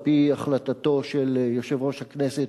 על-פי החלטתו של יושב-ראש הכנסת,